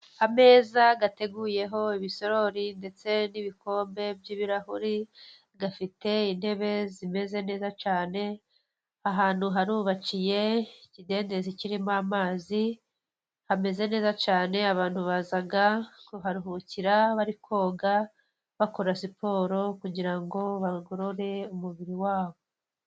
Ameza ateguyeho ibisorori, ndetse n'ibikombe by'ibirahuri, afite intebe zimeze neza cyane, ahantu harubakiye ikidendezi kirimo amazi hameze neza cyane, abantu baza kuharuhukira bari koga bakora siporo kugira ngo bagorore umubiri wabo.